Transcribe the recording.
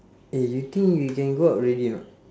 eh you think we can go out already not